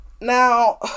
Now